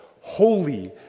holy